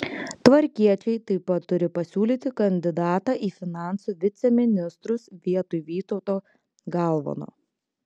tvarkiečiai taip pat turi pasiūlyti kandidatą į finansų viceministrus vietoj vytauto galvono